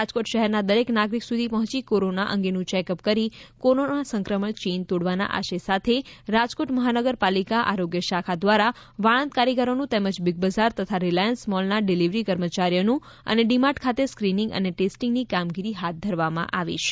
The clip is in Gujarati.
રાજકોટ શહેરના દરેક નાગરિક સુધી પહોંચીને કોરોના અંગેનું ચેકઅપ કરી કોરોના સંક્રમણ ચેઈન તોડવાના આશય સાથે રાજકોટ મહાનગરપાલિકા આરોગ્ય શાખા દ્વારા વાણંદ કારીગરોનું તેમજ બીગ બજાર તથા રિલાયન્સ મોલના ડીલીવરી કર્મચારિઓનું અને ડી માર્ટ ખાતે સ્ક્રીનીંગ અને ટેસ્ટીંગની કામગીરી હાથ ધરવામાં આવી છે